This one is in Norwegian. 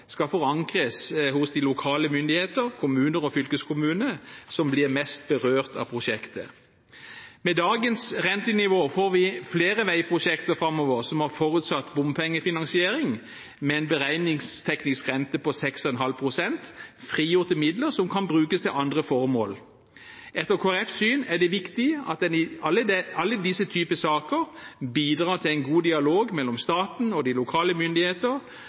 skal forankres hos de lokale myndigheter, kommuner og fylkeskommuner som blir mest berørt av prosjektet. Med dagens rentenivå får vi flere veiprosjekter framover som har forutsatt bompengefinansiering med en beregningsteknisk rente på 6,5 pst. – frigjorte midler som kan brukes til andre formål. Etter Kristelig Folkepartis syn er det viktig at en i alle disse typer saker bidrar til en god dialog mellom staten og de lokale myndigheter,